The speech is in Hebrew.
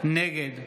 נגד